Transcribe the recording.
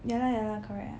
ya lah ya lah correct ah